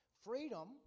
Freedom